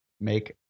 make